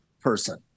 person